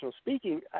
speaking